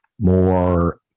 more